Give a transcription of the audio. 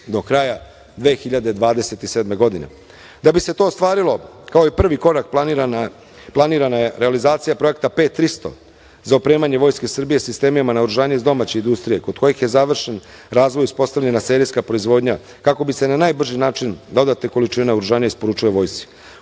do kraja 2027. godine. Da bi se to ostvarilo, kao prvi korak planirana je realizacija projekta P – 300 za opremanje Vojske Srbije sistemima naoružanja iz domaće industrije, kod kojih je završen razvoj uspostavljena serijska proizvodnja, kako bi se na najbrži način dodatne količine naoružanja isporučile vojsci.U